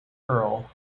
earl